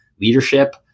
Leadership